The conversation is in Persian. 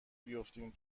بیفتیم